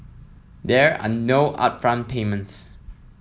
there are no upfront payments